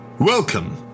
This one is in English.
Welcome